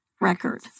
record